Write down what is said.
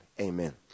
Amen